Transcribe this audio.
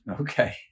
Okay